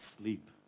sleep